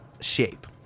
shape